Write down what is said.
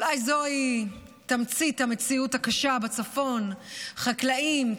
אולי זוהי תמצית המציאות הקשה בצפון: חקלאים,